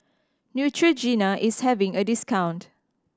Neutrogena is having a discount